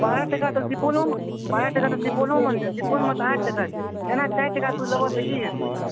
बारह टका तऽ सुपौलोमे बारह टका तऽ सुपौलोमे नहि छै सुपौलमे आठ टका छै एना चारि टका लेबहक तऽ की हेतै